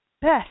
best